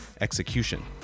execution